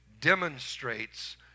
demonstrates